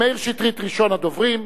מאיר שטרית ראשון הדוברים.